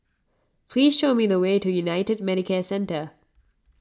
please show me the way to United Medicare Centre